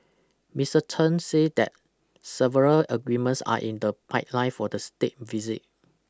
Mister Chen said that several agreements are in the pipeline for the state visit